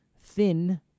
thin